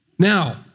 Now